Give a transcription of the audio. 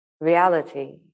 reality